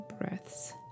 breaths